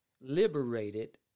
liberated